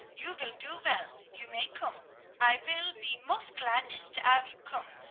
you vill do vell you may koom i vill be most gladness to ave you koom.